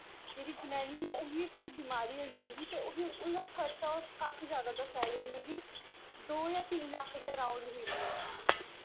जेह्ड़ी जनानी ही उ'नें ई कोई बमारी होई गेदी ही ते उं'दा खर्चा काफी जादा दस्सा दे हे मेबी दो जां तिन्न लक्ख दे अराउंड ही